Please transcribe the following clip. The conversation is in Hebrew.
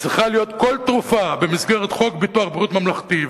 צריכה להיות כל תרופה במסגרת חוק ביטוח בריאות ממלכתי,